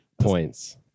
points